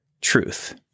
Truth